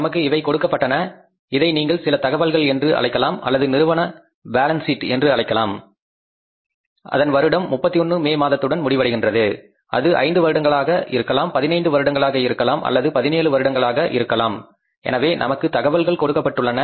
நமக்கு இவை கொடுக்கப்பட்டன இதை நீங்கள் சில தகவல்கள் என்று அழைக்கலாம் அல்லது நிறுவன பேலன்ஸ் சீட் என்று அழைக்கலாம் அதன் வருடம் 31 மே மாதத்துடன் முடிவடைகின்றது அது ஐந்து வருடங்களாக இருக்கலாம் 15 வருடங்களாக இருக்கலாம் அல்லது பதினேழு வருடங்களாக இருக்கலாம் எனவே நமக்கு தகவல்கள் கொடுக்கப்பட்டுள்ளன